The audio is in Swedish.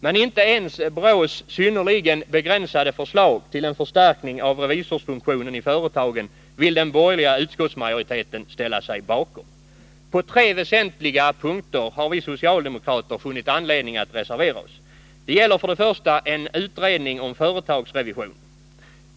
Men inte ens BRÅ:s synnerligen begränsade forslag till en förstärkning av revisorsfunktionen i företagen vill den borgerliga utskottsmajoriteten ställa sig bakom. På tre väsentliga punkter har vi socialdemokrater funnit anledning att reservera OSS. Den ena punkten gäller en utredning om företagsrevisionen.